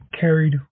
carried